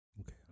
okay